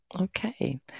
Okay